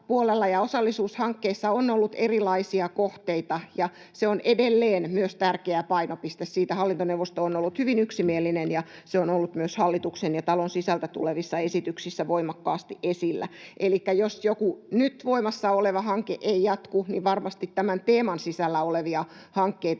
ja osallisuushankkeissa on ollut erilaisia kohteita, ja se on edelleen myös tärkeä painopiste. Siitä hallintoneuvosto on ollut hyvin yksimielinen, ja se on ollut myös hallituksen ja talon sisältä tulevissa esityksissä voimakkaasti esillä. Elikkä jos joku nyt voimassa oleva hanke ei jatku, niin varmasti tämän teeman sisällä olevia hankkeita